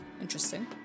Interesting